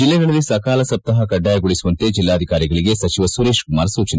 ಜಿಲ್ಲೆಗಳಲ್ಲಿ ಸಕಾಲ ಸಪ್ತಾಹ ಕಡ್ವಾಯಗೊಳಿಸುವಂತೆ ಜಿಲ್ಲಾಧಿಕಾರಿಗಳಗೆ ಸಚಿವ ಸುರೇತ್ಕುಮಾರ್ ಸೂಚನೆ